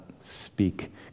speak